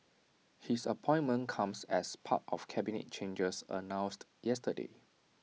his appointment comes as part of cabinet changes announced yesterday